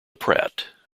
pratt